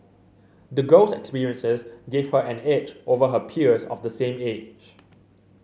the girl's experiences gave her an edge over her peers of the same age